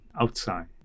outside